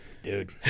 Dude